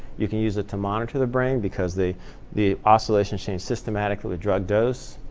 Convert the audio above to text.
you can use it to monitor the brain because the the oscillations change systematically to drug dose.